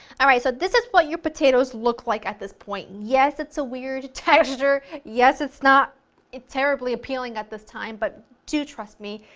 alright, so this is what your potatoes look like at this point, yes it's a weird texture, yes it's not terribly appealing at this time, but do trust me,